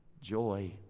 joy